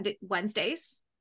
Wednesdays